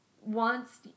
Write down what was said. wants